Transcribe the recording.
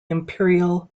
imperial